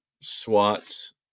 swats